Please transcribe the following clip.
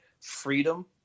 freedom